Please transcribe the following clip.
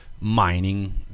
mining